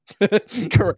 Correct